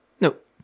Nope